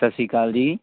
ਸਤਿ ਸ਼੍ਰੀ ਅਕਾਲ ਜੀ